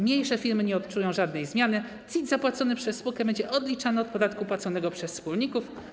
Mniejsze firmy nie odczują żadnej zmiany, CIT zapłacony przez spółkę będzie odliczany od podatku płaconego przez wspólników.